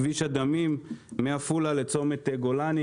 כביש הדמים מעפולה לצומת גולני,